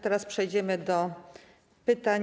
Teraz przejdziemy do pytań.